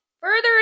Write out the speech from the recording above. further